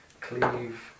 Cleave